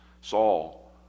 Saul